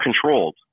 controlled